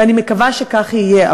ואני מקווה שכך יהיה,